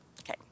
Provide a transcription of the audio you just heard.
Okay